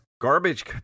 Garbage